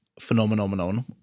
phenomenon